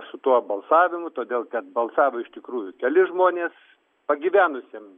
su tuo balsavimu todėl kad balsavo iš tikrųjų keli žmonės pagyvenusiem